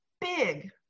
big